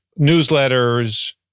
newsletters